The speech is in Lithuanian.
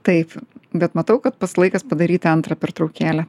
taip bet matau kad pats laikas padaryti antrą pertraukėlę